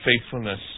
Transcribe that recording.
faithfulness